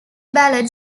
ballad